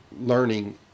learning